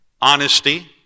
honesty